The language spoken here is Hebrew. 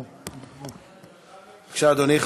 בבקשה, אדוני.